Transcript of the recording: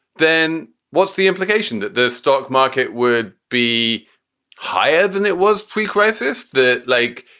then what's the implication that the stock market would be higher than it was precrisis the like,